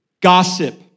Gossip